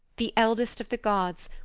the eldest of the gods,